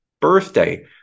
birthday